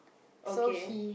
okay